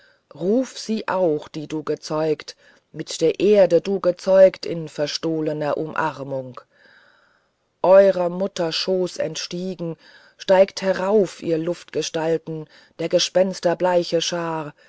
ruf sie auch die du gezeugt mit der erde du gezeugt in verstohlener umarmung eurer mutter schoß entsteigt steigt herauf ihr luftgestalten der gespenster bleiche schar